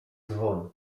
dzwon